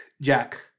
Jack